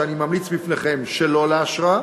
שאני ממליץ בפניכם שלא לאשרה,